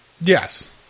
Yes